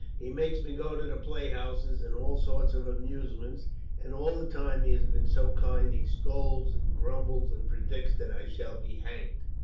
he makes me go to the playhouses, and all sorts of amusements and all the time he has been so kind he scolds, and grumbles, and predicts that i shall be hanged.